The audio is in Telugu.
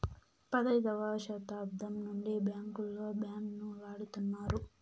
పదైదవ శతాబ్దం నుండి బ్యాంకుల్లో బాండ్ ను వాడుతున్నారు